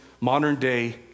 modern-day